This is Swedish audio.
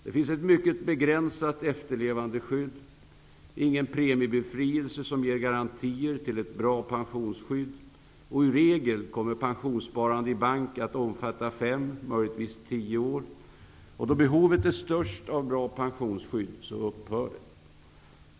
Det finns ett mycket begränsat efterlevandeskydd, ingen premiebefrielse som ger garantier till ett bra pensionsskydd och i regel kommer pensionssparande i bank att omfatta fem, möjligtvis tio års pension. Då behovet är störst av bra pensionsskydd, upphör det.